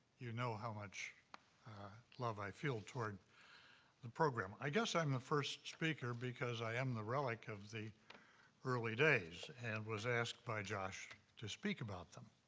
you know how much love i feel toward the program. i guess i'm the first speaker because i am the relic of the early days and was asked by josh to speak about them.